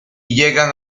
llegan